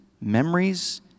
memories